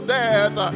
death